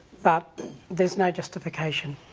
but there's no justification.